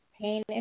pain